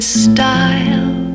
style